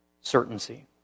certainty